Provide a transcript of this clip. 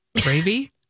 Gravy